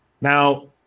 now